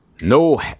No